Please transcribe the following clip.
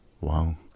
Wow